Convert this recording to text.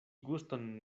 guston